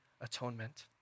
atonement